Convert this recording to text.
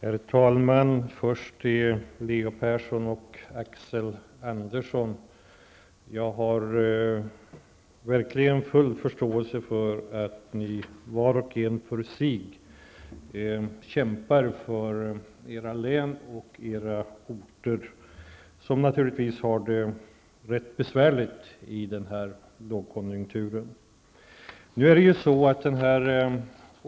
Herr talman! Först några ord till Leo Persson och Jag har verkligen full förståelse för att ni, var och en för sig, kämpar för era län och era orter, som naturligtvis har det rätt besvärligt i den här lågkonjunkturen.